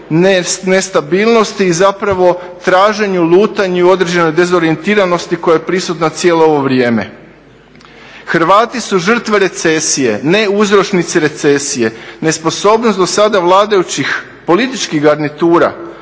Hrvati su žrtve recesije ne uzročnici recesije. Nesposobnost do sada vladajućih političkih garnitura